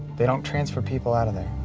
they don't transfer people out of there.